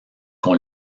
qu’on